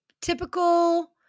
typical